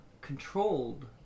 controlled